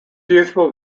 youthful